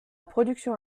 production